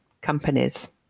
companies